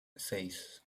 seis